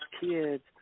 kids